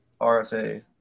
RFA